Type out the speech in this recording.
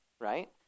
right